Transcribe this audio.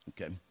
Okay